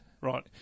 Right